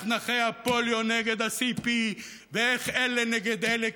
אחרון הדוברים, חבר הכנסת אילן גילאון.